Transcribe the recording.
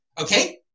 Okay